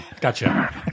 Gotcha